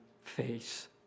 face